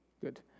Good